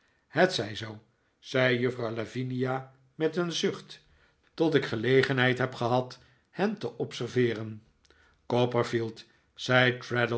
het zij zoo zei juffrouw lavinia met een zucht tot ik gelegenheid heb gehad hen te observeeren copperfield zei